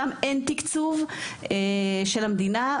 שם אין תקצוב של המדינה.